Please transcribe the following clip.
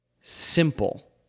simple